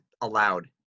allowed